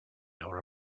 nor